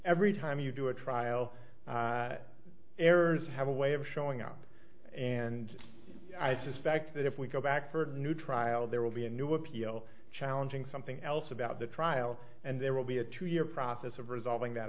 every time you do a trial errors have a way of showing up and i suspect that if we go back for a new trial there will be a new appeal challenging something else about the trial and there will be a two year process of resolving that